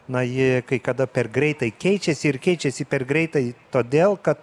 na ji kai kada per greitai keičiasi ir keičiasi per greitai todėl kad